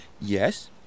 Yes